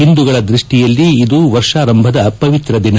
ಹಿಂದುಗಳ ದೃಷ್ಷಿಯಲ್ಲಿ ಇದು ವರ್ಷಾರಂಭದ ಪವಿತ್ರ ದಿನ